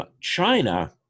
China